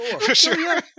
sure